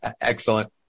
Excellent